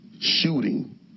shooting